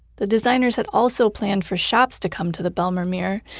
the designers had also planned for shops to come to the bijlmermeer,